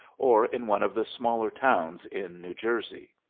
or in one of the smaller towns in new jersey.